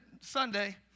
Sunday